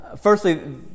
Firstly